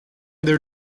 their